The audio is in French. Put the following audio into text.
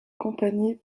compagnie